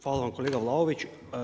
Hvala vam kolega Vlaović.